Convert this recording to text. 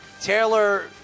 Taylor